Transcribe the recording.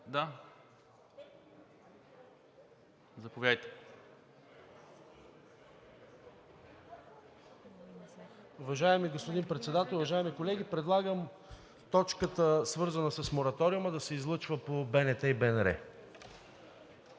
(ГЕРБ-СДС): Уважаеми господин Председател, уважаеми колеги! Предлагам точката, свързана с мораториума, да се излъчва по БНТ и БНР.